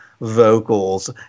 vocals